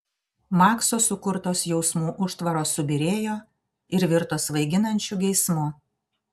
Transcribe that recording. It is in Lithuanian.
makso sukurtos jausmų užtvaros subyrėjo ir virto svaiginančiu geismu